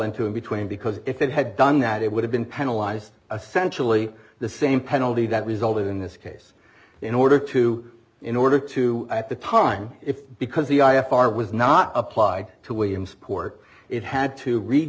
into between because if it had done that it would have been penalize essential e the same penalty that resulted in this case in order to in order to at the time if because the i f r was not applied to williamsport it had to read